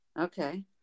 Okay